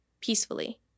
peacefully